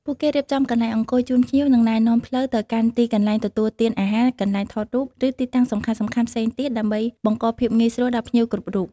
ពួកគេរៀបចំ កន្លែងអង្គុយ ជូនភ្ញៀវ និង ណែនាំផ្លូវ ទៅកាន់ទីកន្លែងទទួលទានអាហារ កន្លែងថតរូប ឬទីតាំងសំខាន់ៗផ្សេងទៀត ដើម្បីបង្កភាពងាយស្រួលដល់ភ្ញៀវគ្រប់រូប។